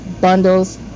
bundles